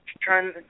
trying